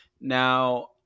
Now